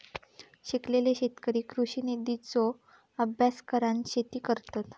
शिकलेले शेतकरी कृषि नितींचो अभ्यास करान शेती करतत